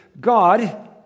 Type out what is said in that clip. God